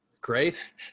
Great